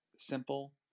Simple